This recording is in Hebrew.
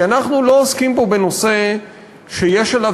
כי אנחנו לא עוסקים פה בנושא שיש עליו